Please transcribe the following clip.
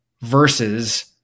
versus